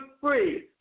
free